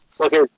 Okay